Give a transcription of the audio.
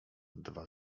dwa